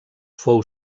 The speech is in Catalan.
fou